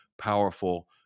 powerful